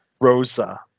Rosa